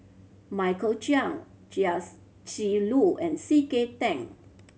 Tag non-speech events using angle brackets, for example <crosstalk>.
Michael Chiang Chia <unintelligible> Lu and C K Tang